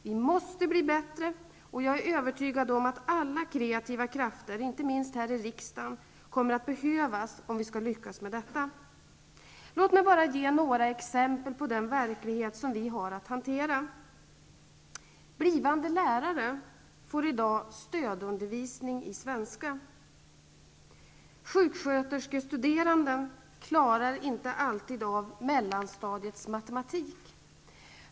Vi måste bli bättre, och jag är övertygad om att alla kreativa krafter, inte minst här i riksdagen, behövs om vi skall lyckas med detta. Låt mig ge några exempel på den verklighet som vi har att hantera. Blivande lärare får i dag stödundervisning i svenska. Sjuksköterskestuderande klarar inte alltid mellanstadiets matematik.